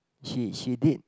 she she did